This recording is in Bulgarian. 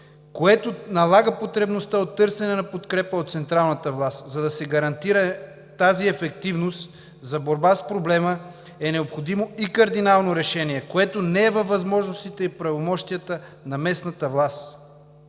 което налага потребността от търсене на подкрепа от централната власт. За да се гарантира ефективността за борба с проблема, е необходимо и кардинално решение, което не е във възможностите и правомощията на местната власт.